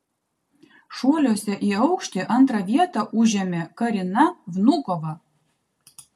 šuoliuose į aukštį antrą vietą užėmė karina vnukova